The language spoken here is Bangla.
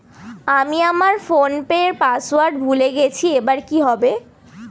আমি আমার ফোনপের পাসওয়ার্ড ভুলে গেছি এবার কি হবে?